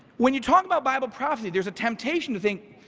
when you talk about bible prophecy, there's a temptation to think,